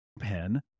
pen